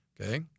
Okay